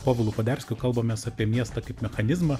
povilu poderskiu kalbamės apie miestą kaip mechanizmą